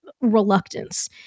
reluctance